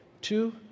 Two